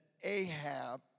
Ahab